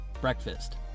breakfast